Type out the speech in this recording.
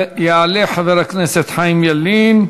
יעלה חבר הכנסת חיים ילין,